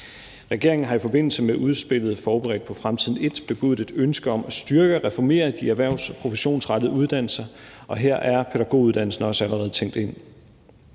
Regeringen har i forbindelse med udspillet »Forberedt på fremtiden l« bebudet et ønske om at styrke og reformere de erhvervs- og professionsrettede uddannelser, og her er pædagoguddannelsen også allerede tænkt ind.